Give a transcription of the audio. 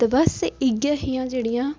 ते बस इ'यै ही जेह्ड़ियां